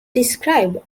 described